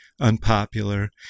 unpopular